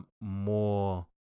more